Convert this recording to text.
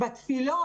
התפילות,